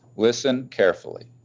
listen carefully.